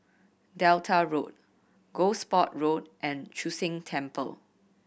Delta Road Gosport Road and Chu Sheng Temple